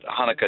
hanukkah